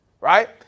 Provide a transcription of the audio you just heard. Right